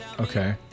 Okay